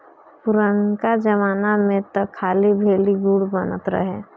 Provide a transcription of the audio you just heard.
पुरनका जमाना में तअ खाली भेली, गुड़ बनत रहे